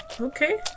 Okay